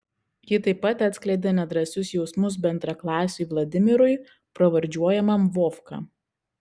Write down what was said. ji taip pat atskleidė nedrąsius jausmus bendraklasiui vladimirui pravardžiuojamam vovka